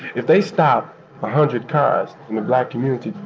if they stop a hundred cars in the black community,